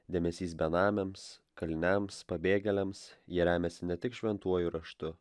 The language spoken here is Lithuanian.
dėmesys benamiams kaliniams pabėgėliams jie remiasi ne tik šventuoju raštu